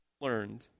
learned